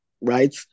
right